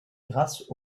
grâce